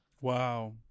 Wow